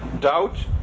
doubt